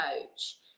coach